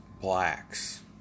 blacks